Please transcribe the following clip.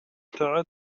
تعد